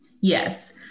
Yes